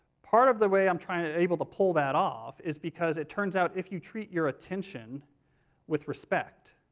part of the way i'm trying to able to pull that off is because it turns out, if you treat your attention with respect,